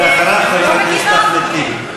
אחריו, חבר הכנסת אחמד טיבי.